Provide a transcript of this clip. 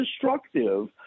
destructive